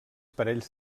parells